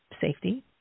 safety